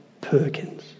Perkins